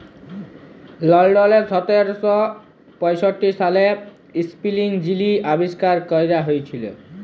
লল্ডলে সতের শ পঁয়ষট্টি সালে ইস্পিলিং যিলি আবিষ্কার ক্যরা হঁইয়েছিল